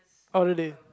oh really